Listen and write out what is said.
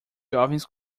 jovens